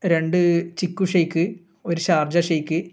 രണ്ട് ചിക്കൂ ഷേയ്ക്ക് ഒരു Sharjah shake